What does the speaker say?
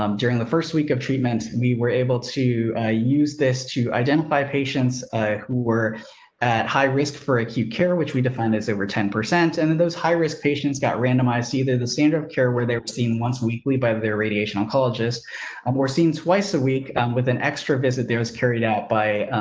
um during the first, week of treatment, we were able to ah use this to identify patients who were at high risk for acute care, which we defined as over ten percent and those high risk patients got randomized. either the standard of care, where they've seen once weekly by their radiation oncologist, i'm more seen twice a week, um, with an extra visit there was carried out by,